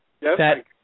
Yes